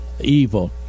evil